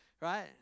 right